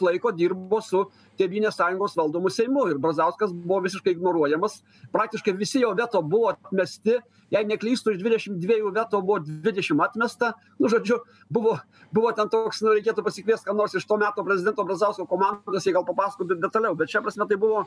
laiko dirbo su tėvynės sąjungos valdomu seimu ir brazauskas buvo visiškai ignoruojamos praktiškai visi jo veto buvo atmesti jei neklystu iš dvidešim dviejų veto buvo dvidešim atmesta nu žodžiu buvo buvo ten toks nu reikėtų pasikviest ką nors iš to meto prezidento brazausko komandos jie gal papasakotų detaliau bet šia prasme tai buvo